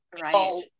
right